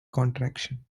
contraction